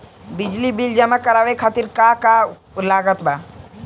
बिजली बिल जमा करावे खातिर का का लागत बा?